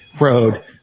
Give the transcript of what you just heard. road